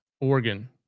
Oregon